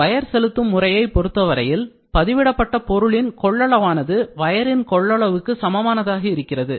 wire செலுத்தும் முறையை பொறுத்தவரையில் பதிவிடப்பட்ட பொருளின் கொள்ளளவானது வயரின் கொள்ளளவுக்கு சமமானதாக இருக்கிறது